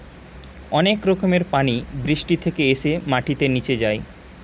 অনেক রকম পানি বৃষ্টি থেকে এসে মাটিতে নিচে যায়